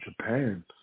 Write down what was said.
Japan